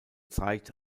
zeigt